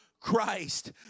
Christ